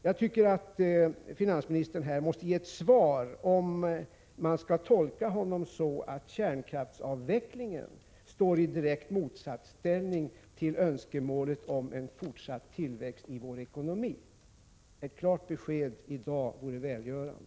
Jag tycker att finansministern måste ge ett svar på frågan om vi skall tolka honom så att kärnkraftsavvecklingen står i direkt motsatsställning till önskemålet om en fortsatt tillväxt i vår ekonomi. Ett klart besked i dag vore välgörande.